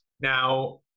Now